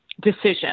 decision